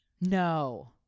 No